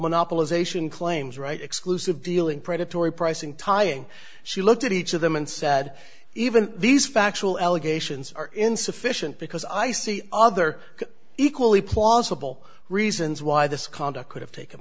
monopolization claims right exclusive dealing predatory pricing tying she looked at each of them and said even these factual allegations are insufficient because i see other equally plausible reasons why this conduct could have taken